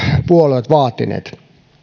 puolueet vaatineet